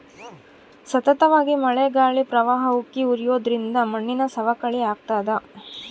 ಸತತವಾಗಿ ಮಳೆ ಗಾಳಿ ಪ್ರವಾಹ ಉಕ್ಕಿ ಹರಿಯೋದ್ರಿಂದ ಮಣ್ಣಿನ ಸವಕಳಿ ಆಗ್ತಾದ